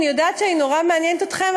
אני יודעת שאני נורא מעניינת אתכם,